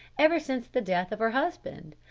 ever since the death of her husband.